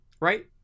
Right